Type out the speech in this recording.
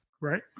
Right